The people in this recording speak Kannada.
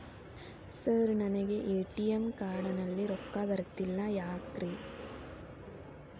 ಸರ್ ನನಗೆ ಎ.ಟಿ.ಎಂ ಕಾರ್ಡ್ ನಲ್ಲಿ ರೊಕ್ಕ ಬರತಿಲ್ಲ ಯಾಕ್ರೇ?